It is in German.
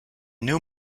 new